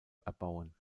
erbauen